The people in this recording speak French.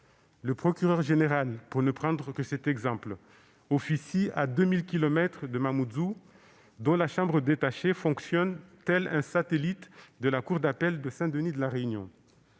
Le procureur général, pour ne prendre que cet exemple, officie à 2 000 kilomètres de Mamoudzou, dont la chambre détachée fonctionne comme un satellite de la cour d'appel de Saint-Denis de La Réunion.